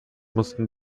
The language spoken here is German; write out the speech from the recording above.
mussten